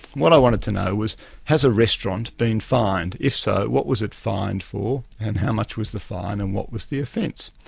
what i wanted to know was has a restaurant been fined? if so, what was it fined for, and how much was the fine and what was the offence?